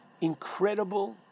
incredible